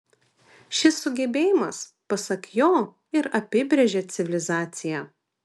šis sugebėjimas pasak jo ir apibrėžia civilizaciją